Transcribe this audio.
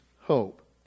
hope